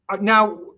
Now